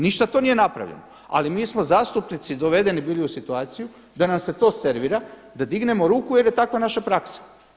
Ništa to nije napravljeno ali mi smo zastupnici dovedeni bili u situaciju da nam se to servira da dignemo ruku jer je takva naša praksa.